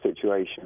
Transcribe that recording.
situation